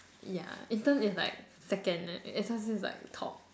yeah intern is like second and S_L_C is like top